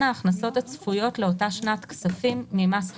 ההכנסות הצפויות לאותה שנת כספים ממס הגודש,